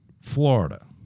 Florida